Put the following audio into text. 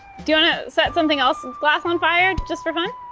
do you wanna set something else glass on fire, just for fun?